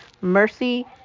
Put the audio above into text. Mercy